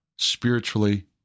spiritually